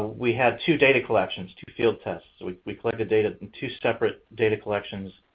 we had two data collections, two field tests. we we collected data in two separate data collections.